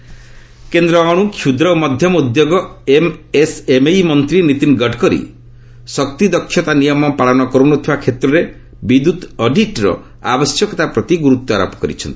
ଗଡ଼କରୀ କେନ୍ଦ୍ର ଅଣୁ କ୍ଷୁଦ୍ର ଓ ମଧ୍ୟମ ଉଦ୍ୟୋଗ ଏମ୍ଏସ୍ଏମ୍ଇ ମନ୍ତ୍ରୀ ନୀତିନ୍ ଗଡ଼କରୀ ଶକ୍ତି ଦକ୍ଷତା ନିୟମ ପାଳନ କର୍ତନଥିବା କ୍ଷେତ୍ରରେ ବିଦ୍ୟତ୍ ଅଡିଟ୍ର ଆବଶ୍ୟକତା ପ୍ରତି ଗୁରୁତ୍ୱାରୋପ କରିଛନ୍ତି